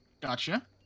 Gotcha